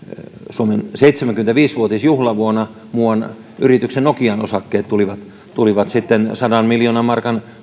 suomen seitsemänkymmentäviisi vuotisjuhlavuonna muuan yrityksen nokian osakkeet tulivat tulivat sadan miljoonan markan